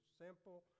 simple